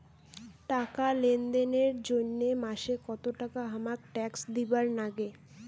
টাকা লেনদেন এর জইন্যে মাসে কত টাকা হামাক ট্যাক্স দিবার নাগে?